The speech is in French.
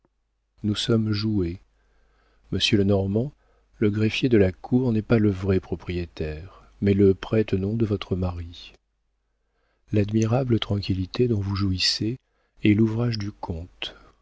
nous sommes joués monsieur lenormand le greffier de la cour n'est pas le vrai propriétaire mais le prête-nom de votre mari l'admirable tranquillité dont vous jouissez est l'ouvrage du comte